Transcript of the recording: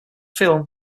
film